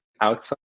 outside